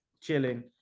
chilling